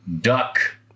duck